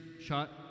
shot